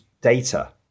data